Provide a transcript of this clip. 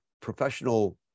professional